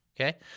Okay